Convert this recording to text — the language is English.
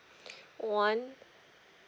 one